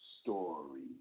story